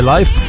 Life